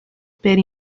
per